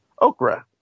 Okra